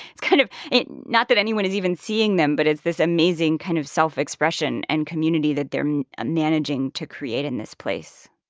it's kind of and not that anyone is even seeing them. but it's this amazing kind of self-expression and community that they're managing to create in this place